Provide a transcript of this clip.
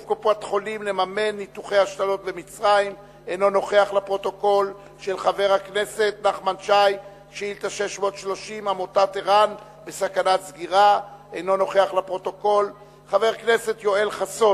התוכנית הארצית של משרד הבריאות להוספת 49 עמדות טיפול בחולים